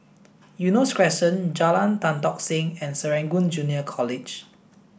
Eunos Crescent Jalan Tan Tock Seng and Serangoon Junior College